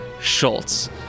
Schultz